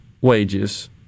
wages